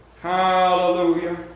Hallelujah